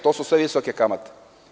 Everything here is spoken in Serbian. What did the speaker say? To su sve visoke kamate.